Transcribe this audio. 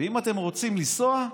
ואם אתם רוצים לנסוע,